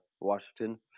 Washington